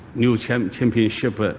new championship but